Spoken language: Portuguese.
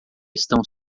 estão